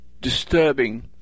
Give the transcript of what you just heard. disturbing